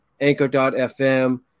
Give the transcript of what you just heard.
Anchor.fm